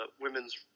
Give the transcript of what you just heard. women's